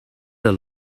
the